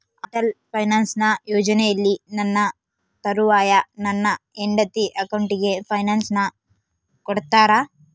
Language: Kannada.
ಅಟಲ್ ಪೆನ್ಶನ್ ಯೋಜನೆಯಲ್ಲಿ ನನ್ನ ತರುವಾಯ ನನ್ನ ಹೆಂಡತಿ ಅಕೌಂಟಿಗೆ ಪೆನ್ಶನ್ ಕೊಡ್ತೇರಾ?